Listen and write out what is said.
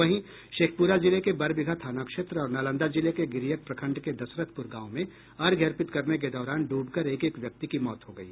वहीं शेखपुरा जिले के बरबीघा थाना क्षेत्र और नालंदा जिले के गिरियक प्रखंड़ के दशरथपुर गांव में अर्घ्य अर्पित करने के दौरान डूबकर एक एक व्यक्ति की मौत हो गयी